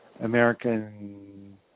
American